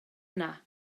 yna